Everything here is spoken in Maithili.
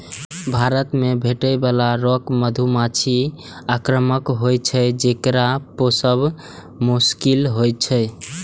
भारत मे भेटै बला रॉक मधुमाछी आक्रामक होइ छै, जेकरा पोसब मोश्किल छै